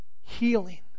healing